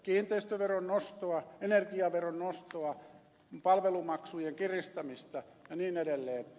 kiinteistöveron nostoa energiaveron nostoa palvelumaksujen kiristämistä ja niin edelleen